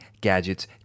gadgets